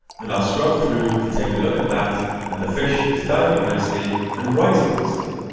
and i'll scrub through to take a look at that and the fish is diving nicely and rising nicely.